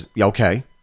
Okay